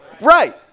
right